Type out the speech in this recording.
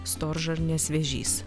storžarnės vėžys